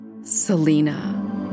Selena